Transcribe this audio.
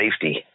safety